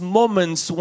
moments